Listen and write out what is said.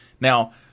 Now